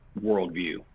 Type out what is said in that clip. worldview